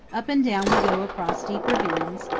up and down we go across deep ravines,